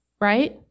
right